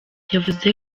yavuze